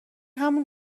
همون